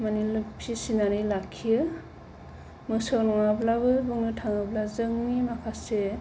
माने फिसिनानै लाखियो मोसौ नङाब्लाबो बुंनो थांङोब्ला जोंनि माखासे